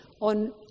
on